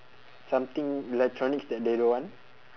something electronics that they don't want